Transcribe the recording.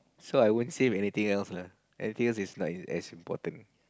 so I won't save anything else lah anything else is like as important